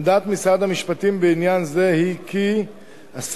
עמדת משרד המשפטים בעניין זה היא כי הסנקציות